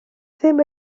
ddim